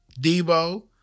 Debo